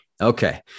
Okay